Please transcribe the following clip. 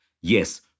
Yes